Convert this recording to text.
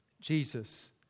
Jesus